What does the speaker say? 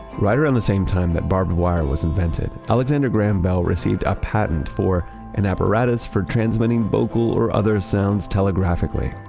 right around the same time that barbed wire was invented, alexander graham bell received a patent for an apparatus for transmitting vocal or other sounds telegraphically.